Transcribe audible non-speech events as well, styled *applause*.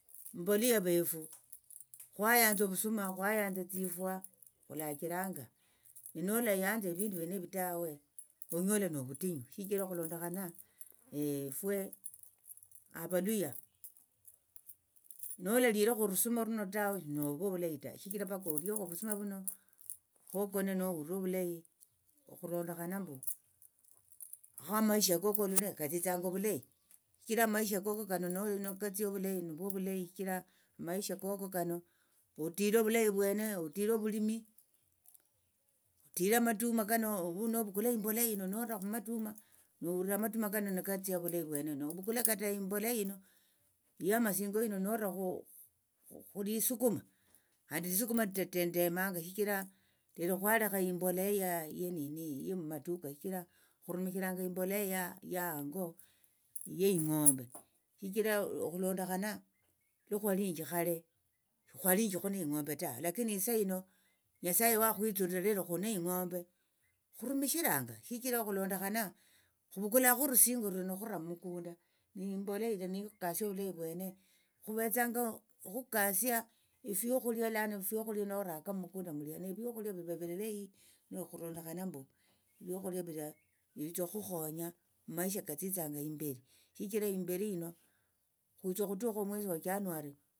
Valuya vefu khwayanza ovusuma khwayanza tsifwa khulachiranga ninolayanza evindu vienevi tawe monyola novutinyu shichira okhulondokhana *hesitation* efwe avaluya nolalirekho orusuma runo tawe shinovo ovulayi ta shichira paka oliekho ovusuma vuno khokone nohulira ovulayi okhulondokhana mbu khamaisha kako olole katsitsa ovulayi shichira amaisha koko kano nolo nikatsia ovulayi nivwo ovulayi shichira amaisha amaisha koko kano otire ovulayi vwene otire ovulimi otire amatuma kano nikatsia ovulayi vwene novukule kata imboleya hino ya amasingo hino norakhu khulisukuma khandi lisukuma litetendemanga shichira lero khwalekha imboleya ya *hesitation* mmaduka shichira khurumishiranga imboleya ya hango ye yi ing'ombe shichira okhulondokhana lukhwalinji khale shikhwalinji neing'ombe tawe lakini isahino nyasaye wakhwitsulira lero khuli neing'ombe khurumishiranga shichira okhulondokhana khuvukula runo khura mukunda neimboleya ilia nikasia ovulayi vwene khuvetsanga khukasia efiokhulia lano efiokhulia noraka mukunda mulia nevyokhulia viva evilayi nekhurondokhana mbu fiokhulia vitsa okhukhonya maisha katsitsanga imberi shichira imbiri hino khwitsa okhutukha omwesi wa chanuari.